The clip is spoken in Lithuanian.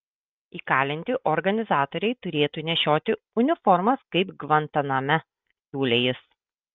įkalinti organizatoriai turėtų nešioti uniformas kaip gvantaname siūlė jis